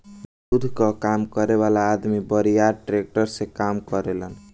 दूध कअ काम करे वाला अदमी बड़ियार टैंकर से काम करेलन